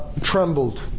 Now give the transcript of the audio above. trembled